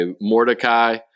Mordecai